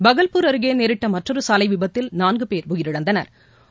பகவ்பூர் அருகேநேரிட்டமற்றொருசாலைவிபத்தில் நான்குபோ் உயிரிழந்தனா்